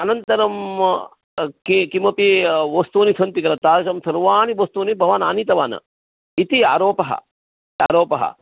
अनन्तरं कि किमपि वस्तूनि सन्ति किल तादृशसर्वाणि वस्तूनि भवान् आनीतवान् इति आरोपः आरोपः